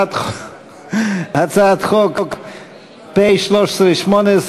הצעת חוק פ/1318,